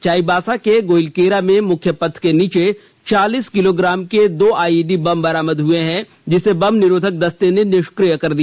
चाईबासा के गोइलकेरा में मुख्य पथ के नीचे चालीस किलोग्राम के दो आईईडी बम बरामद हुए हैं जिसे बम निरोधक दस्ते ने निष्किय कर दिया